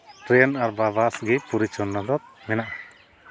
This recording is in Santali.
ᱴᱨᱮᱹᱱ ᱟᱨ ᱵᱟᱥ ᱜᱮ ᱯᱚᱨᱤᱪᱷᱚᱱᱱᱚ ᱫᱚ ᱢᱮᱱᱟᱜᱼᱟ